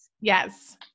Yes